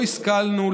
לא השכלנו,